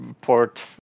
port